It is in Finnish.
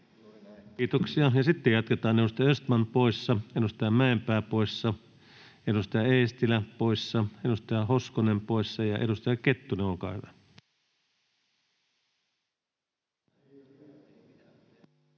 Kiitoksia. — Sitten jatketaan: edustaja Östman poissa, edustaja Mäenpää poissa, edustaja Eestilä poissa, edustaja Hoskonen poissa. — Edustaja Kettunen, olkaa hyvä.